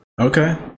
Okay